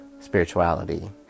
spirituality